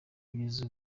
kugeza